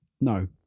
No